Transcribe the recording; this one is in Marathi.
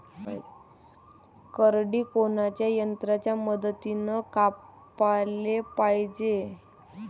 करडी कोनच्या यंत्राच्या मदतीनं कापाले पायजे?